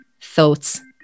thoughts